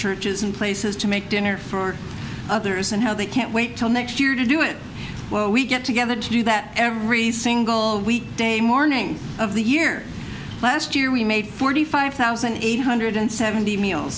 churches and places to make dinner for others and how they can't wait till next year to do it well we get together to do that every single day morning of the year last year we made forty five thousand eight hundred seventy meals